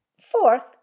Fourth